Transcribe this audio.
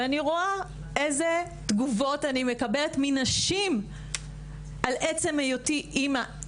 ואני רואה איזה תגובות אני מקבלת מנשים על עצם היותי אימא.